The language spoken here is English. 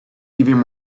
even